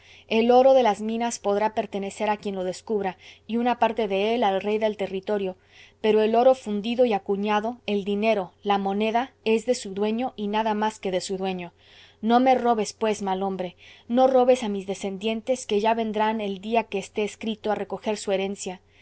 el oro de las minas podrá pertenecer a quien lo descubra y una parte de él al rey del territorio pero el oro fundido y acuñado el dinero la moneda es de su dueño y nada más que de su dueño no me robes pues mal hombre no robes a mis descendientes que ya vendrán el día que esté escrito a recoger su herencia